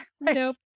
Nope